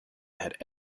had